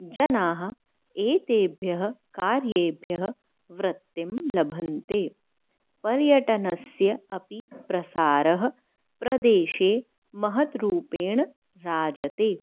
जनाः एतेभ्यः कार्येभ्यः वृत्तिं लभन्ते पर्यटनस्य अपि प्रसारः प्रदेशे महत् रूपेण राजते